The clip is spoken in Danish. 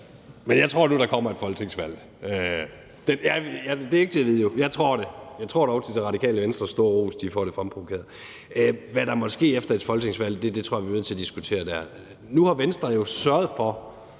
Men jeg tror nu, at der kommer et folketingsvalg. Det er jo ikke til at vide. Jeg tror det. Jeg tror til Radikale Venstres store ros, de får det fremprovokeret. Hvad der måtte ske efter et folketingsvalg, tror jeg vi bliver nødt til at diskutere der. Nu har Venstre jo sørget for